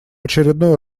очередной